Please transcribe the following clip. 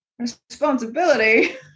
Responsibility